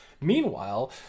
Meanwhile